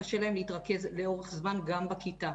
קשה להם להתרכז לאורך זמן גם בכיתה.